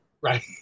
Right